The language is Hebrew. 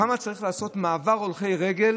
כמה מעבר להולכי רגל